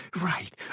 Right